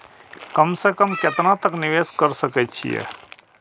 कम से कम केतना तक निवेश कर सके छी ए?